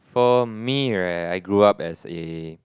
for me right I grew up as a